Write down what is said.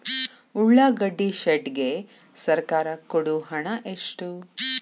ಉಳ್ಳಾಗಡ್ಡಿ ಶೆಡ್ ಗೆ ಸರ್ಕಾರ ಕೊಡು ಹಣ ಎಷ್ಟು?